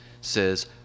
says